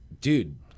Dude